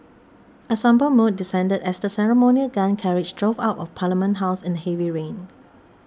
a sombre mood descended as the ceremonial gun carriage drove out of Parliament House in the heavy rain